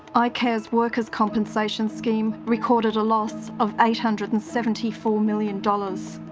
ah icare's workers compensation scheme recorded a loss of eight hundred and seventy four million dollars.